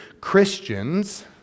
Christians